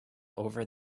over